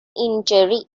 injury